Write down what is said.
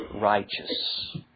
righteous